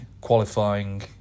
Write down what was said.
qualifying